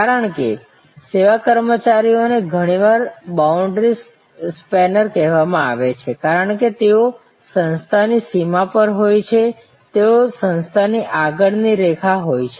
કારણ કે સેવા કર્મચારીઓને ઘણીવાર બાઉન્ડ્રી સ્પેનર કહેવામાં આવે છે કારણ કે તેઓ સંસ્થાની સીમા પર હોય છે તેઓ સંસ્થાની આગળ ની રેખા હોય છે